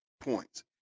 points